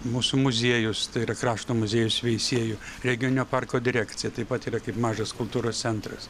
mūsų muziejus tai yra krašto muziejus veisiejų regioninio parko direkcija taip pat yra kaip mažas kultūros centras